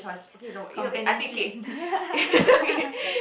companionship